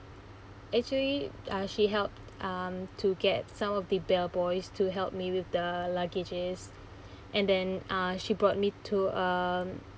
actually uh she helped um to get some of the bell boys to help me with the luggages and then uh she brought me to um